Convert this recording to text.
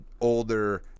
older